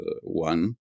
one